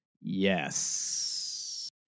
yes